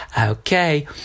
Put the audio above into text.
Okay